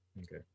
Okay